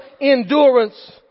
endurance